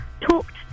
talked